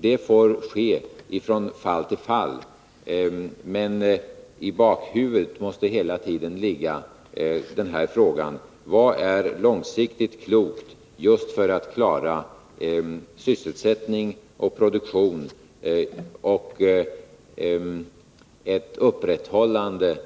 Det får ske från fall till fall, men i bakhuvudet måste hela tiden ligga frågan: Vad är långsiktigt klokt just för att man skall kunna klara sysselsättning och produktion och ett upprätthållande